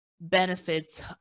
benefits